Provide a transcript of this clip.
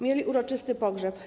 Mieli uroczysty pogrzeb.